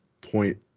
Point